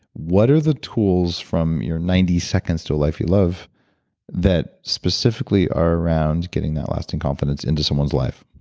what are the tools from your ninety seconds to a life you love that specifically are around getting that lasting confidence into someone's life?